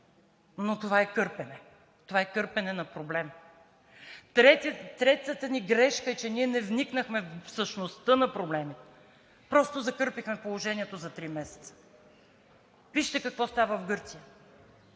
но това е кърпене. Това е кърпене на проблема. Третата ни грешка е, че ние не вникнахме в същността на проблемите. Просто закърпихме положението за три месеца. Вижте какво става в Гърция.